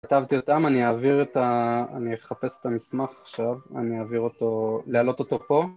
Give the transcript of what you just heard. כתבתי אותם, אני אעביר את ה... אני אחפש את המסמך עכשיו, אני אעביר אותו... להעלות אותו פה?